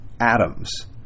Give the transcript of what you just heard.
atoms